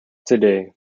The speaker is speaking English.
today